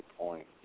point